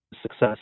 success